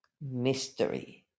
mystery